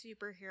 superhero